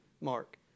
mark